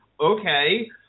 okay